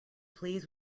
please